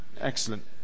Excellent